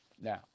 now